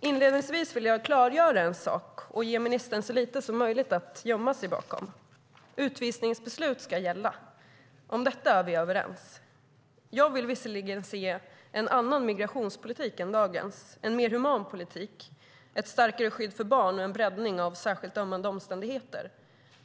Inledningsvis vill jag klargöra en sak och ge ministern så lite som möjligt att gömma sig bakom. Utvisningsbeslut ska gälla. Om detta är vi överens. Jag vill visserligen se en annan migrationspolitik än dagens, en mer human politik, ett starkare skydd för barn och en breddning av särskilt ömmande omständigheter.